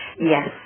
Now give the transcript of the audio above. Yes